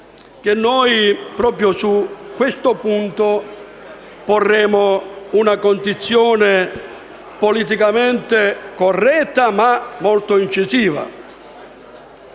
che proprio su questo punto porremo una condizione politicamente corretta, ma molto incisiva.